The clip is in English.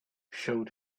showed